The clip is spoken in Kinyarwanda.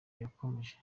yakomeje